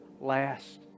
last